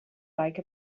like